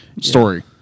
story